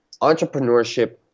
entrepreneurship